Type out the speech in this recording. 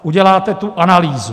Uděláte tu analýzu.